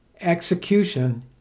Execution